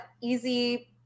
easy